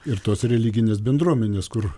ir tos religinės bendruomenės kur